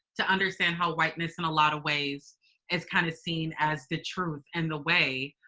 to understand how whiteness in a lot of ways is kind of seen as the truth and the way.